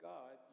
God